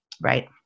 Right